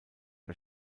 der